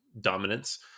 dominance